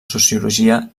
sociologia